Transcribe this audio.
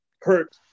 hurt